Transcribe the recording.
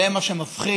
זה מה שמפחיד,